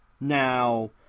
Now